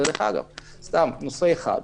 תודה.